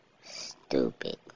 stupid